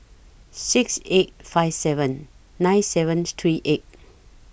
six eight five seven nine seven three eight